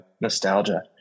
nostalgia